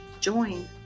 join